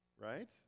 right